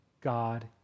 God